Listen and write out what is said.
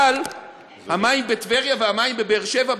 אבל המים בטבריה והמים בבאר-שבע,